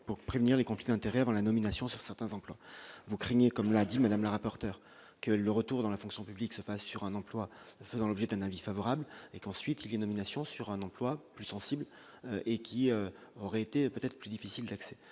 pour prévenir les conflits d'intérêts avant la nomination sur certains emplois. Vous craignez, comme l'a dit Madame le rapporteur, que le retour dans la fonction publique se fasse sur un emploi faisant l'objet d'un avis favorable et qu'ensuite les nominations sur un emploi plus sensible et qui aurait été peut-être plus difficile d'accès,